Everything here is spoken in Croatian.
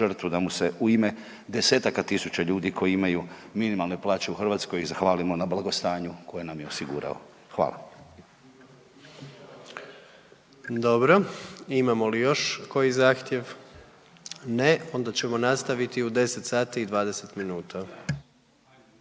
da mu se u ime desetaka tisuća ljudi koji imaju minimalne plaće u Hrvatskoj zahvalimo na blagostanju koje nam je osigurao. Hvala. **Jandroković, Gordan (HDZ)** Dobro. Imamo li još koji zahtjev? Ne, onda ćemo nastaviti u 10 sati i 20 minuta.